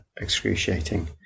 excruciating